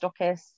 stockists